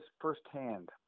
firsthand